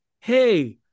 hey